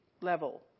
level